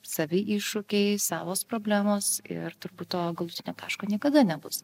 savi iššūkiai savos problemos ir turbūt to galutinio taško niekada nebus